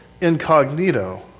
incognito